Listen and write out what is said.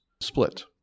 split